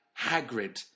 Hagrid